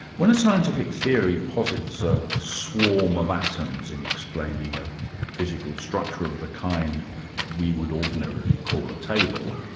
when a scientific theory posits a swarm of atoms in explaining a physical structure of the kind we would ordinarily call a table,